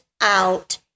out